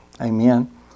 Amen